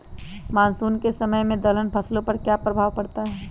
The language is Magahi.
मानसून के समय में दलहन फसलो पर क्या प्रभाव पड़ता हैँ?